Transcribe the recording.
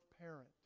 parent